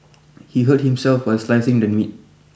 he hurt himself while slicing the meat